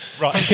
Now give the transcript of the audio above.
right